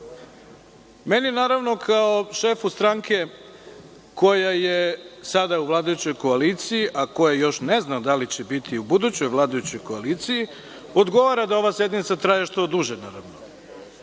naravno kao šefu stranke koja je sada u vladajućoj koaliciji, a koja još ne zna da li će biti u budućoj vladajućoj koaliciji, odgovara da ova sednica traje što duže.